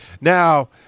Now